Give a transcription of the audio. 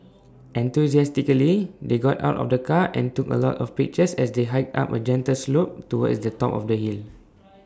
enthusiastically they got out of the car and took A lot of pictures as they hiked up A gentle slope towards the top of the hill